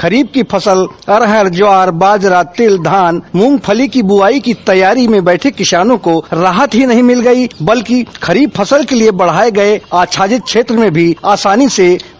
खरीफ की फसल में अरहर ज्वार बाजरा तिल मूंगफली की बुआई की तैयारी में बैठे किसानों को राहत ही नहीं मिल गयी बल्कि खरीफ फसल के लिये बढ़ाये गये आच्छादित क्षेत्र में भी आसानी